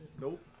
Nope